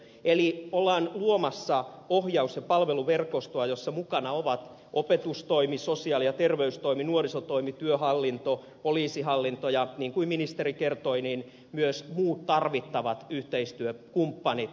eli ollaan luomassa ohjaus ja palveluverkostoa jossa mukana ovat opetustoimi sosiaali ja terveystoimi nuorisotoimi työhallinto poliisihallinto ja niin kuin ministeri kertoi myös muut tarvittavat yhteistyökumppanit